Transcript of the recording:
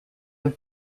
have